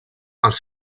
els